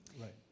Right